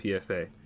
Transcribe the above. PSA